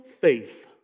faith